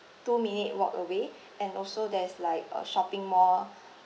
two minute walk away and also there's like a shopping mall